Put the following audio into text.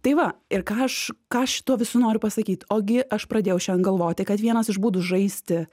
tai va ir ką aš ką šituo visų noriu pasakyt ogi aš pradėjau šiandien galvoti kad vienas iš būdų žaisti